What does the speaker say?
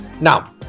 Now